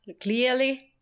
clearly